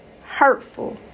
hurtful